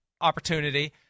opportunity